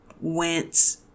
went